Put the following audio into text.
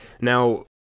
Now